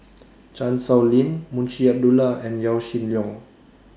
Chan Sow Lin Munshi Abdullah and Yaw Shin Leong